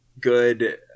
good